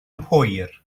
hwyr